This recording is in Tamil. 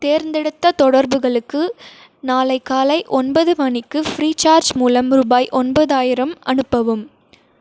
தேர்ந்தெடுத்தத் தொடர்புகளுக்கு நாளைக் காலை ஒன்பது மணிக்கு ஃப்ரீசார்ஜ் மூலம் ரூபாய் ஒன்பதாயிரம் அனுப்பவும்